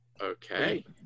Okay